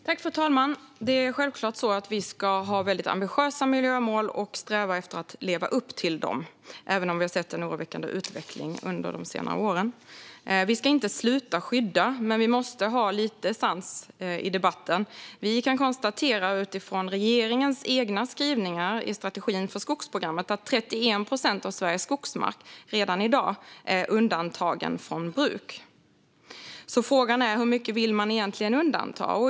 Fru talman! Vi ska självklart ha väldigt ambitiösa miljömål och sträva efter att leva upp till dem, även om vi har sett en oroväckande utveckling under de senare åren. Vi ska inte sluta skydda, men vi måste ha lite sans i debatten. Vi kan konstatera, utifrån regeringens egna skrivningar i strategin för skogsprogrammet, att 31 procent av Sveriges skogsmark redan i dag är undantagen från bruk. Frågan är: Hur mycket vill man egentligen undanta?